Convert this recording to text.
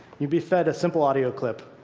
you'd be fed a simple audio clip.